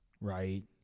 right